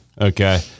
Okay